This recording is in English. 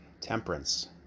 temperance